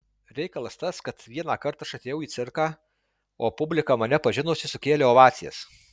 reikalas tas kad vienąkart aš atėjau į cirką o publika mane pažinusi sukėlė ovacijas